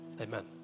Amen